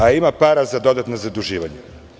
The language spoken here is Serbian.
Dakle, ima para za dodatna zaduživanja.